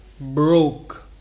broke